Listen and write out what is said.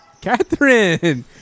Catherine